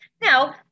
Now